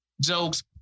Jokes